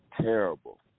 terrible